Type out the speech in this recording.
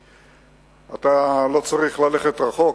אתה לא צריך ללכת רחוק,